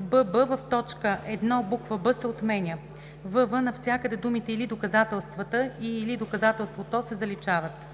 бб) в т. 1 буква „б“ се отменя; вв) навсякъде думите „или доказателствата“ и „или доказателството“ се заличават.“